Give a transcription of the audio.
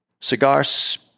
cigars